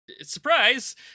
surprise